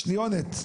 שניונת,